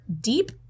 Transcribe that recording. deep